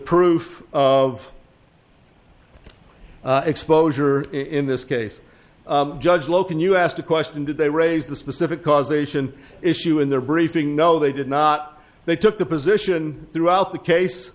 proof of exposure in this case judge loken you asked a question did they raise the specific causation issue in their briefing no they did not they took the position throughout the case